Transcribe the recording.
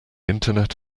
internet